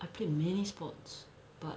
I played many sports but